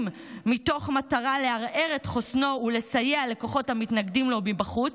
מתוך מטרה לערער את חוסנו ולסייע לכוחות המתנגדים לו מבחוץ.